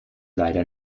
leider